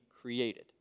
created